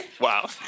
wow